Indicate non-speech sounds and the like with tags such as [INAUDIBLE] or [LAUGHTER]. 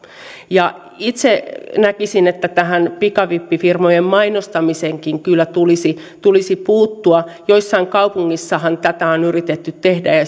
itse näkisin että tähän pikavippifirmojen mainostamiseenkin kyllä tulisi tulisi puuttua joissain kaupungeissahan tätä on yritetty tehdä ja [UNINTELLIGIBLE]